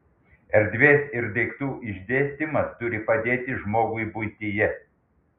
erdvės ir daiktų išdėstymas turi padėti žmogui buityje